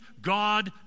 God